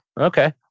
Okay